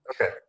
okay